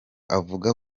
avuga